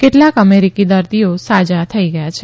કેટલાક અમેરીકી દર્દીઓ સાજા થઇ ગયા છે